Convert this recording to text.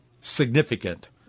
significant